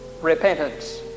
repentance